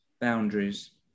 boundaries